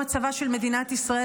לנוכח מצבה של מדינת ישראל,